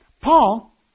Paul